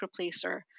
replacer